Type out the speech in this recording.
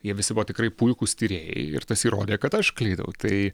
jie visi buvo tikrai puikūs tyrėjai ir tas įrodė kad aš klydau tai